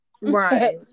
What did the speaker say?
right